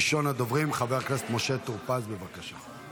ראשון הדוברים, חבר הכנסת משה טור פז, בבקשה.